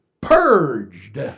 purged